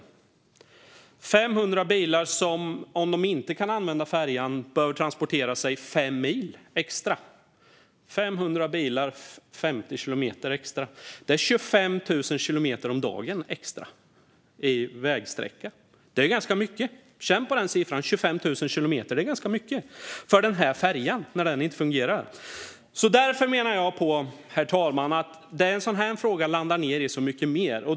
Detta är 500 bilar som, om de inte kan använda färjan, behöver transportera sig fem mil extra. Det innebär 25 000 kilometer extra vägsträcka om dagen. Det är ju ganska mycket. Känn på den siffran - 25 000 kilometer! Det är ganska mycket för den här färjan när den inte fungerar. Därför menar jag, herr talman, att en sådan här fråga landar i så mycket mer.